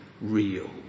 real